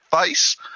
face